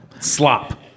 Slop